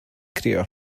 crio